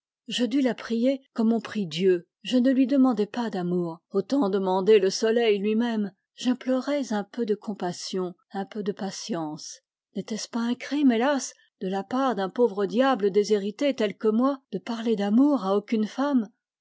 je dus la prier comme on prie dieu je ne lui demandais pas d'amour autant demander le soleil lui-même jimplo ais un peu de compassion un peu de patience n'était-ce pas un crime hélas de la part d'un pauvre diable déshérité tel que moi de parler d'amour à aucune femme